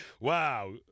Wow